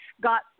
got